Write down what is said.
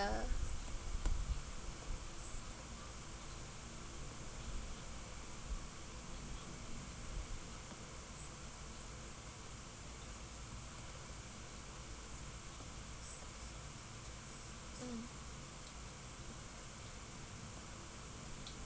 mm